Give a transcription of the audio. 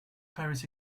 paris